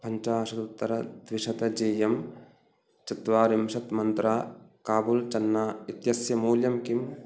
पञ्चाशदुत्तरद्विशतं G M चत्वारिंशत् मन्त्रा काबूल् चन्ना इत्यस्य मूल्यं किम्